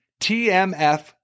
tmf